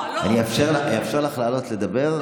לא רוצה לשמוע --- אני אאפשר לך לעלות לדבר.